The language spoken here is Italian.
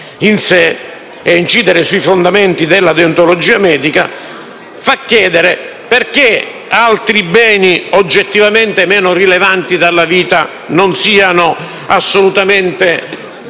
in sé e a incidere sui fondamenti della deontologia medica, fa chiedere perché altri beni, oggettivamente meno rilevanti, nella vita, non siano assolutamente